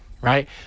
right